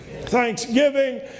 thanksgiving